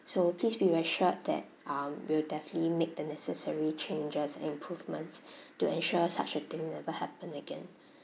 so please be reassured that um we will definitely make the necessary changes and improvements to ensure such a thing never happen again